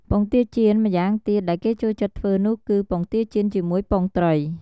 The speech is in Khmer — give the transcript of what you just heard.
ពងទាចៀនម្យ៉ាងទៀតដែលគេចូលចិត្តធ្វើនោះគឺ ពងទាចៀនជាមួយពងត្រី។